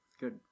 good